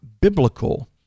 biblical